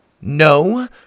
No